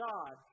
God